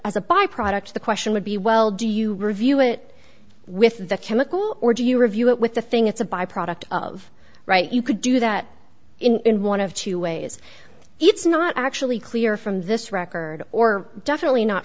as a byproduct the question would be well do you review it with the chemical or do you review it with the thing it's a byproduct of right you could do that in one of two ways it's not actually clear from this record or definitely not